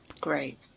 Great